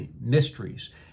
mysteries